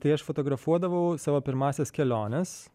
tai aš fotografuodavau savo pirmąsias keliones